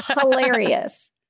Hilarious